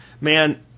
Man